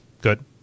good